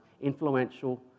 influential